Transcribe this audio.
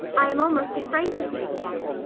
i am almost afraid to see it again.